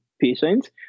patients